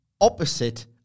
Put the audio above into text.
opposite